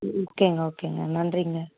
ஓகேங்க ஓகேங்க நன்றிங்க